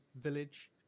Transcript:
Village